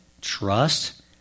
trust